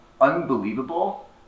unbelievable